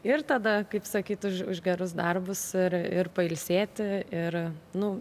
ir tada kaip sakyt už už gerus darbus ir ir pailsėti ir nu